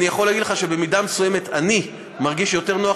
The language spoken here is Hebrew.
אני יכול להגיד לך שבמידה מסוימת אני מרגיש יותר נוח